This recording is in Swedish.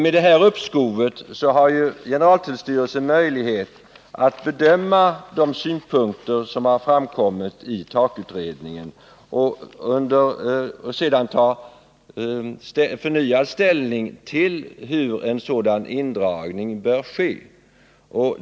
Med det uppskov som föreslås har generaltullstyrelsen möjlighet att bedöma de synpunkter som har framkommit i TAK-utredningen och sedan ta förnyad ställning till hur en indragning bör ske.